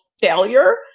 failure